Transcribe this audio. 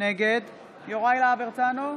נגד יוראי להב הרצנו,